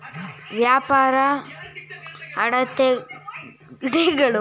ವ್ಯಾಪಾರ ಅಡೆತಡೆಗಳು ಅಂತರಾಷ್ಟ್ರೀಯ ವ್ಯಾಪಾರದ ಮೇಲೆ ಸರ್ಕಾರ ಪ್ರೇರಿತ ನಿರ್ಬಂಧ ಗಳಾಗಿವೆ